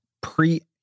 pre